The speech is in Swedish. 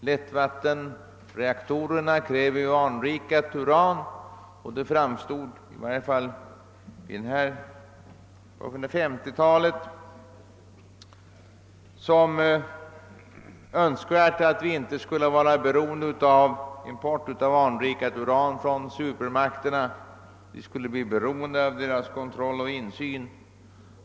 Lättvatten reaktorerna krävde ju anrikat uran, och det framstod i varje fall under 1950 talet som önskvärt att vi inte skulle vara beroende av import av anrikat uran från supermakterna; vi skulle i annat fall bli beroende av deras kontroll och insyn.